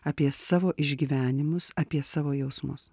apie savo išgyvenimus apie savo jausmus